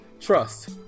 Trust